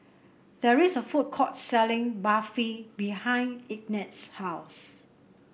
there is a food court selling Barfi behind Ignatz's house